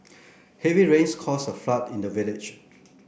heavy rains caused a flood in the village